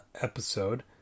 Episode